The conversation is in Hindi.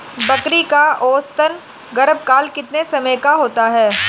बकरी का औसतन गर्भकाल कितने समय का होता है?